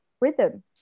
Rhythm